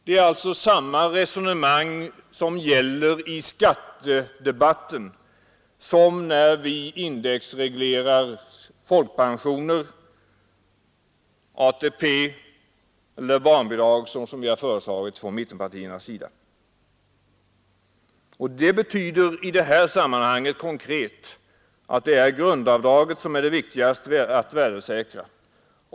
Man måste alltså föra samma resonemang i skattedebatten som när man indexreglerar folkpensioner, ATP eller barnbidrag, som mittenpartierna har föreslagit. Konkret betyder det i detta sammanhang att det är grundavdraget som är det viktigaste att värdesäkra.